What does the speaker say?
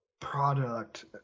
product